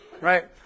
Right